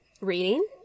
Reading